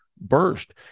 Burst